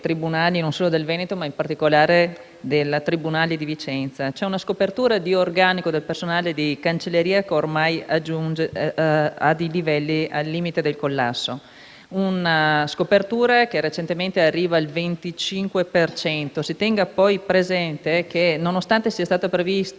del tribunale di Vicenza, dove c'è una scopertura di organico del personale di cancelleria che ha raggiunto livelli al limite del collasso, una scopertura recentemente arrivata al 25 per cento. Si tenga presente che, nonostante sia stato previsto l'arrivo di nuovi magistrati,